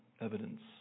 evidence